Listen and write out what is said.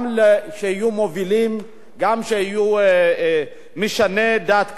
גם שיהיו מובילים, גם שיהיו משני דעת קהל.